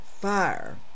Fire